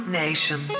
nation